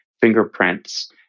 fingerprints